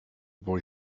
boy